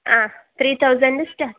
ആ three thousand സ്റ്റാ